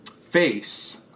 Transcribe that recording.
face